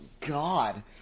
God